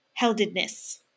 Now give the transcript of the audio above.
heldedness